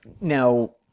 Now